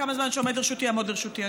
כמה זמן שעומד לרשותי, שיעמוד לרשותי.